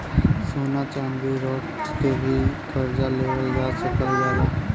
सोना चांदी रख के भी करजा लेवल जा सकल जाला